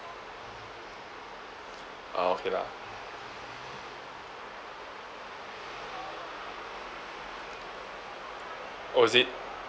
ah okay lah oh is it